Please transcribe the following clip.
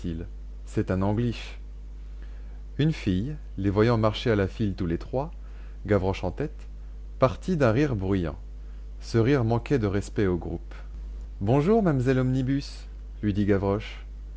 c'est un angliche une fille les voyant marcher à la file tous les trois gavroche en tête partit d'un rire bruyant ce rire manquait de respect au groupe bonjour mamselle omnibus lui dit gavroche